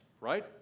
right